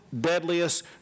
deadliest